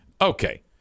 Okay